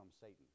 Satan